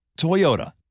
Toyota